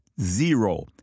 zero